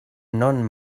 non